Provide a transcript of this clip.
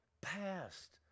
past